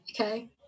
okay